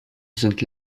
sind